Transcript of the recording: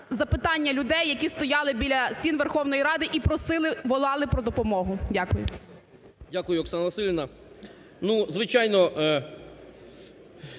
запитання людей, які стояли біля стін Верховної Ради і просили, волали про допомогу. Дякую. 11:20:17 ШИНЬКОВИЧ А.В. Дякую, Оксана Василівна. Ну, звичайно,